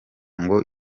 ngo